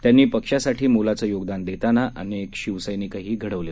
त्यांनीपक्षासाठीमोलाचेयोगदानदेतानाअनेकशिवसैनिकहीघडवले